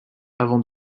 avant